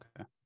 Okay